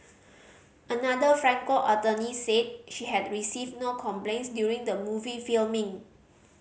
another Franco attorney said she had received no complaints during the movie filming